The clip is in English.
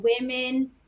women